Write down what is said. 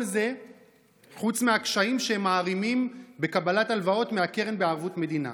כל זה חוץ מהקשיים שהם מערימים בקבלת הלוואות מהקרן בערבות המדינה.